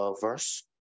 verse